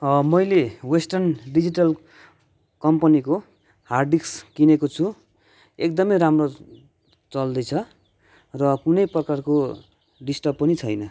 मैले Western Digital कम्पनीको hard disk किनेको छु एकदमै राम्रो चल्दैछ र कुनै प्रकारको डिस्टर्ब पनि छैन